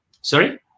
sorry